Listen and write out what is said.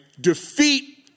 defeat